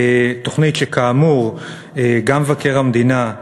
תוכנית שכאמור גם מבקר המדינה,